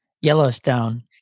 Yellowstone